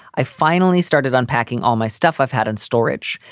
i finally started unpacking all my stuff i've had in storage.